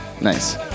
Nice